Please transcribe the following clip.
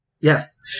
Yes